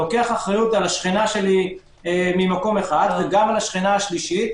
לוקח אחריות על השכנה שלי ממקום אחד וגם על השכנה השלישית,